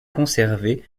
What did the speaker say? conservées